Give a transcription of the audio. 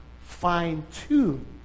fine-tune